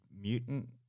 mutant